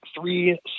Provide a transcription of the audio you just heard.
three